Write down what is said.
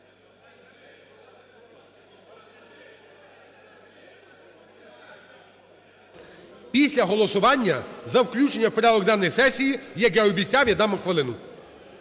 Після голосування за включення в порядок денний сесії, як я і обіцяв, я дам вам хвилину.